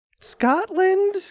scotland